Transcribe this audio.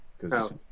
Because-